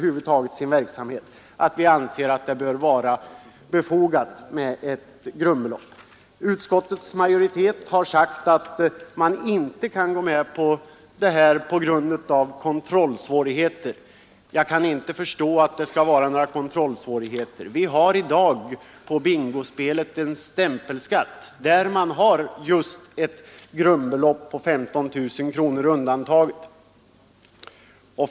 Utskottets majoritet har emellertid sagt att den inte kan gå med på förslaget på grund av kontrollsvårigheter. Jag kan inte förstå att det kan finnas några sådana svårigheter. Vi har i dag på bingospelet en stämpelskatt, och där finns just ett grundbelopp på 15 000 kronor undantaget.